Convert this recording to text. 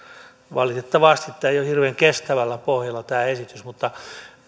valitettavasti tämä esitys ei ole hirveän kestävällä pohjalla mutta